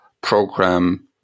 program